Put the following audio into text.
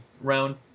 round